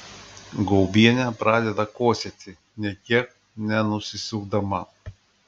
gaubienė pradeda kosėti nė kiek nenusisukdama